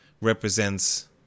represents